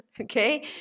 Okay